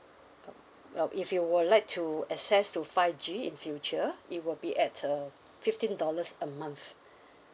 uh well if you would like to access to five G in future it will be at uh fifteen dollars a month